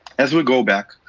as we go back,